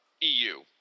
EU